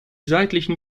seitlichen